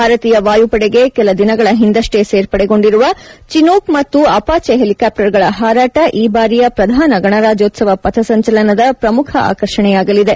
ಭಾರತೀಯ ವಾಯುಪಡೆಗೆ ಕೆಲ ದಿನಗಳ ಹಿಂದಷ್ಟೇ ಸೇರ್ಪಡೆಗೊಂಡಿರುವ ಚಿನೂಕ್ ಮತ್ತು ಅಪಾಚೆ ಹೆಲಿಕಾಪ್ಸರ್ಗಳ ಹಾರಾಟ ಈ ಬಾರಿಯ ಪ್ರಧಾನ ಗಣರಾಜ್ಯೋತ್ವವ ಪಥಸಂಚಲನದ ಪ್ರಮುಖ ಆಕರ್ಷಣೆಯಾಗಲಿದೆ